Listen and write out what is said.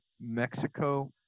Mexico